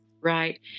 right